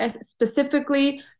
specifically